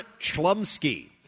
Chlumsky